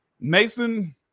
Mason